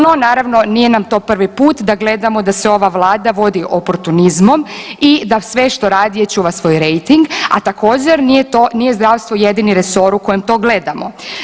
No naravno nije nam to prvi put da gledamo da se ova Vlada vodi oportunizmom i da sve što radi čuva svoj rejting, a također nije zdravstvo jedini resor u kojem to gledamo.